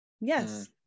Yes